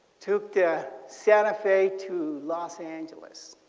to to santa fe to los angeles.